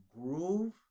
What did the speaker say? groove